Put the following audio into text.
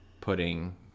putting